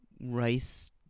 rice